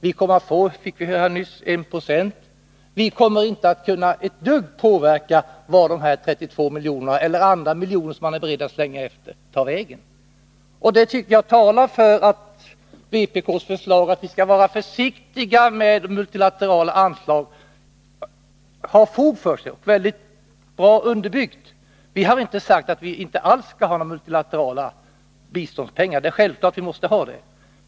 Vi kommer att få — 41 fick vi höra nyss — 1 96 där. Vi kommer alltså inte ett dugg att kunna påverka vart de 32 miljonerna eller några andra miljoner som vi är beredda att slänga efter tar vägen. Detta tycker jag talar för att vpk:s förslag att vi skall vara försiktiga med multilaterala anslag har fog för sig och är väl underbyggt. Vi har däremot inte sagt att vi inte alls skall ha multilaterala biståndspengar — självfallet måste vi ha det.